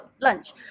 lunch